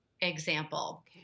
example